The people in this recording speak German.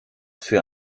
für